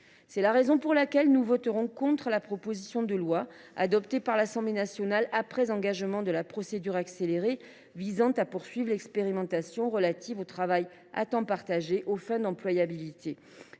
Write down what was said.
C’est la raison pour laquelle nous voterons contre la proposition de loi, adoptée par l’Assemblée nationale après engagement de la procédure accélérée, visant à poursuivre l’expérimentation relative au travail à temps partagé aux fins d’employabilité.